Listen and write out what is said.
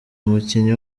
umukinnyi